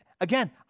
Again